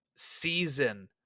season